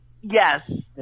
Yes